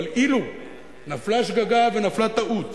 אבל אילו נפלה שגגה ונפלה טעות